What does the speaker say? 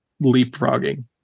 leapfrogging